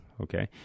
okay